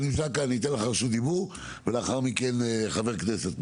אני אתן לך רשות דיבור ולאחר מכן חבר כנסת,